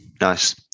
Nice